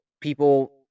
people